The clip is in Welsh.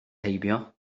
heibio